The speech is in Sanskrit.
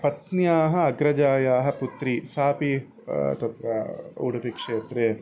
पत्न्याः अग्रजायाः पुत्री सापि तत्र उडुपिक्षेत्रे